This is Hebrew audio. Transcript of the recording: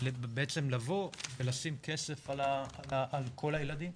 בעצם לבוא ולשים כסף על כל הילדים,